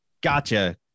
gotcha